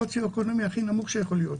מהסוציואקונומי הכי נמוך שיכול להיות,